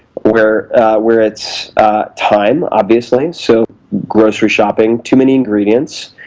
where where it's time, obviously, so grocery shopping, too many ingredients,